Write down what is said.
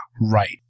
right